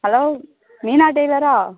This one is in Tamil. ஹலோ மீனா டைலரா